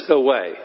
away